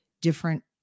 different